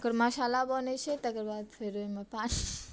ओकर मसाला बनैत छै तकर बाद फेर ओहिमे पा